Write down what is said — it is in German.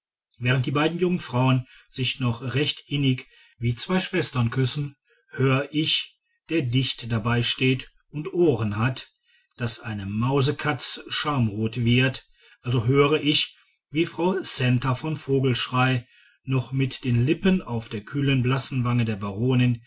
während die beiden jungen frauen sich noch recht innig wie zwei schwestern küssen hör ich der dicht dabei steht und ohren hat daß eine mausekatz schamrot wird also hör ich wie die frau centa von vogelschrey noch mit den lippen auf der kühlen blassen wange der baronin